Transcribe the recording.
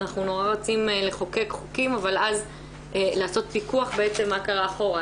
אנחנו נורא רוצים לחוקק חוקים אבל אז לעשות פיקוח בעצם מה קרה אחורה.